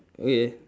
okay